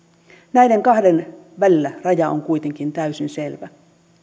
näiden kahden välillä raja on kuitenkin täysin selvä